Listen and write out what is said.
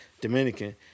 Dominican